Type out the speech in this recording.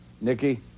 Nikki